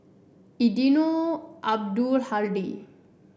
Eddino Abdul Hadi